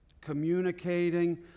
communicating